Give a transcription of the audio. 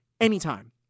Anytime